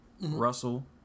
Russell